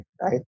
right